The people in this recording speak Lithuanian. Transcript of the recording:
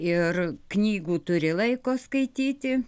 ir knygų turi laiko skaityti